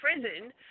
prison